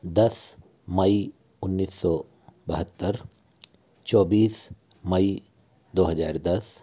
दस मई उन्नीस सौ बहत्तर चौबीस मई दो हज़ार दस